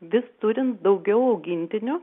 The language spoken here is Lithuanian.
vis turint daugiau augintinių